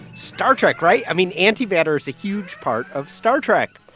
star trek, right? i mean antimatter is a huge part of star trek.